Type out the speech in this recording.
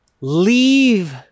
leave